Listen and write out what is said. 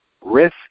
Risk